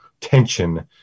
tension